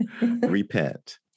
repent